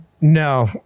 No